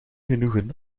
genoegen